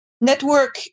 network